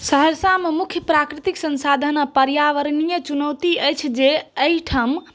सहरसामे मुख्य प्राकृतिक संसाधन पर्यावरणीय चुनौती अछि जे एहिठाम